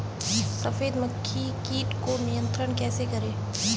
सफेद मक्खी कीट को नियंत्रण कैसे करें?